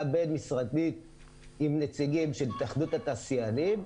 בין-משרדית עם נציגים של התאחדות התעשיינים,